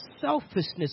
selfishness